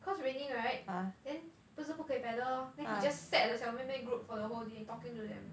cause raining right then 不是不可以 pedal then he just sat with 的小妹妹 group for the whole day talking to them